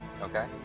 Okay